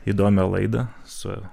įdomią laidą su